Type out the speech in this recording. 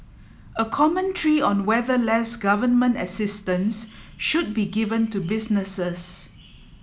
a commentary on whether less government assistance should be given to businesses